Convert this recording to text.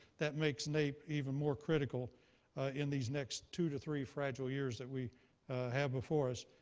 that makes naep even more critical in these next two to three fragile years that we have before us.